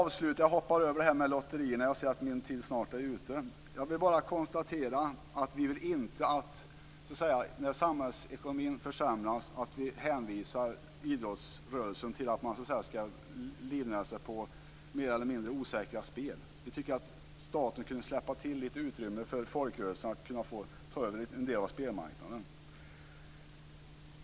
Jag hoppar över det här med lotterierna, då jag ser att min talartid snart är ute. Låt mig bara konstatera att vi inte vill, när samhällsekonomin försämras, att idrottsrörelsen hänvisas till att livnära sig på mer eller mindre osäkra spel. Vi tycker att staten kunde släppa till lite utrymme för folkrörelserna att ta över en del av spelmarknaden.